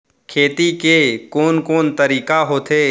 खेती के कोन कोन तरीका होथे?